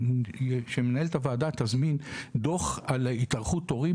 שמנהלת הוועדה תזמין דוח על ההתארכות הורים